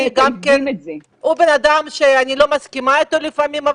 הוא בן-אדם שאני לא מסכימה אתו לפעמים,